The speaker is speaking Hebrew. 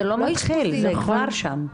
זה לא מתחיל, זה כבר שם.